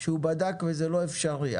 שהוא בדק וזה לא אפשרי.